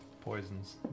poisons